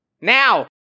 Now